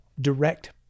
direct